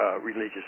religious